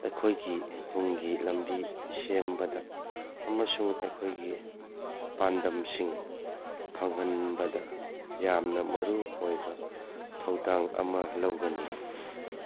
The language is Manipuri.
ꯑꯩꯈꯣꯏꯒꯤ ꯇꯨꯡꯒꯤ ꯂꯝꯕꯤ ꯁꯦꯝꯕꯗ ꯑꯃꯁꯨꯡ ꯑꯩꯈꯣꯏꯒꯤ ꯄꯥꯟꯗꯝꯁꯤꯡ ꯐꯪꯍꯟꯕꯗ ꯌꯥꯝꯅ ꯃꯔꯨꯑꯣꯏꯕ ꯊꯧꯗꯥꯡ ꯑꯃ ꯂꯧꯒꯅꯤ